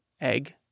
egg